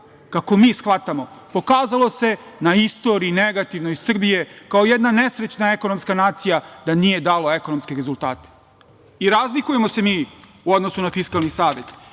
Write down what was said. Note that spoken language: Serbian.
kako mi shvatamo, pokazalo se na negativnoj istoriji Srbije, kao jedna nesrećna ekonomska nacija, da nije dalo ekonomske rezultate. Razlikujemo se mi u odnosu na Fiskalni savet.